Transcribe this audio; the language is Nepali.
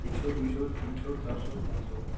एक सौ दुई सौ तिन सौ चार सौ पाँच सौ